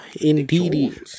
Indeed